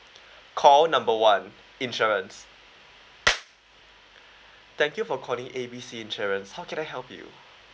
call number one insurance thank you for calling A B C insurance how can I help you